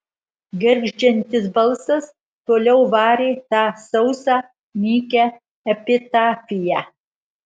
gergždžiantis balsas toliau varė tą sausą nykią epitafiją